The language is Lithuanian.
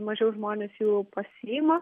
mažiau žmonės jų pasiima